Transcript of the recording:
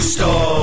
Stop